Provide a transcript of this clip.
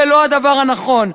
זה לא הדבר הנכון.